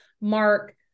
mark